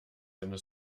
seine